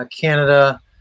Canada